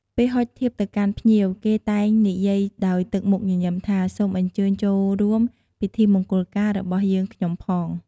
ពេលហុចធៀបទៅកាន់ភ្ញៀវ គេតែងនិយាយដោយទឹកមុខញញឹមថា សូមអញ្ចើញចូលរួមពិធីមង្គលការរបស់យើងខ្ញុំផង។